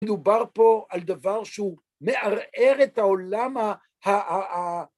מדובר פה על דבר שהוא מערער את העולם ה...